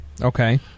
Okay